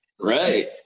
Right